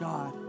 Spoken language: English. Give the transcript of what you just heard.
God